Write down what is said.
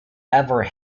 ever